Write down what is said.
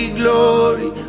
glory